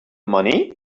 money